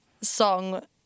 song